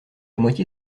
moitié